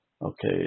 Okay